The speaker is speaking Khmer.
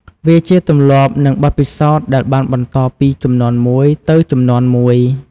វាជាទម្លាប់និងបទពិសោធន៍ដែលបានបន្តពីជំនាន់មួយទៅជំនាន់មួយ។